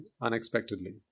unexpectedly